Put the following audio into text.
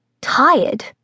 tired